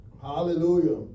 Hallelujah